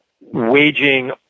waging